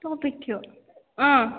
topic थियो अँ